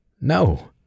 No